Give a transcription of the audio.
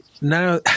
now